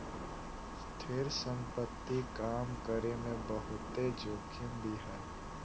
स्थिर संपत्ति काम करे मे बहुते जोखिम भी हय